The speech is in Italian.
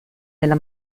della